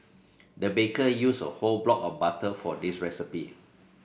the baker used a whole block of butter for this recipe